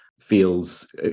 feels